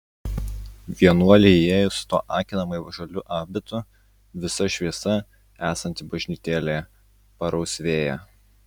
vienuolei įėjus su tuo akinamai žaliu abitu visa šviesa esanti bažnytėlėje parausvėja